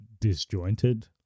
disjointed